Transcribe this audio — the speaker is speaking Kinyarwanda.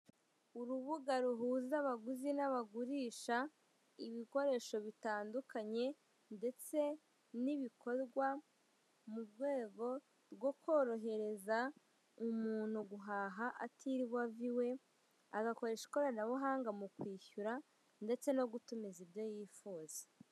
Urubuga ruhuza abaguzi n'abagurisha, ibikoresho bitandukanye ndetse n'ibikorwa mu rwego rwo korohereza umuntu guhaha atiriwe ava iwe agakoresha ikoranabuhanga mu kwishyura ndetse no gutumiza ibyo yifuza.